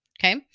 Okay